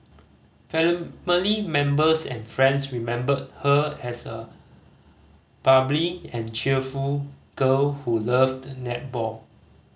family members and friends remembered her as a bubbly and cheerful girl who loved netball